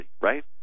right